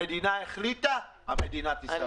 המדינה החליטה המדינה תישא בעלויות.